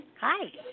Hi